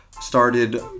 started